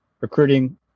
recruiting